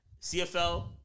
CFL